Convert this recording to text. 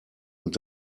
und